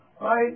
Right